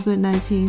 COVID-19